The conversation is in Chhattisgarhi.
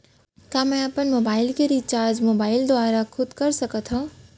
का मैं अपन मोबाइल के रिचार्ज मोबाइल दुवारा खुद कर सकत हव?